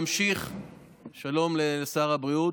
שלום לשר הבריאות.